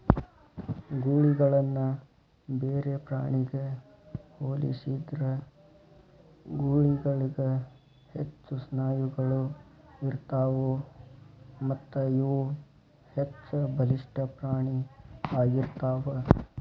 ಗೂಳಿಗಳನ್ನ ಬೇರೆ ಪ್ರಾಣಿಗ ಹೋಲಿಸಿದ್ರ ಗೂಳಿಗಳಿಗ ಹೆಚ್ಚು ಸ್ನಾಯುಗಳು ಇರತ್ತಾವು ಮತ್ತಇವು ಹೆಚ್ಚಬಲಿಷ್ಠ ಪ್ರಾಣಿ ಆಗಿರ್ತಾವ